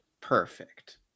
Perfect